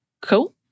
cool